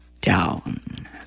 down